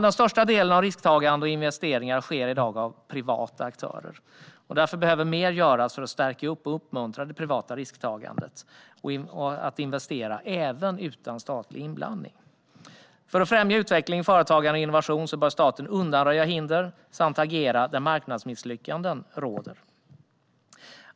Den största delen av risktagandet och investeringarna görs i dag av privata aktörer. Därför behöver mer göras för att stärka och uppmuntra det privata risktagandet att investera även utan statlig inblandning. För att främja utveckling, företagande och innovation bör staten undanröja hinder samt agera där marknadsmisslyckanden råder.